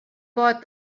pot